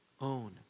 own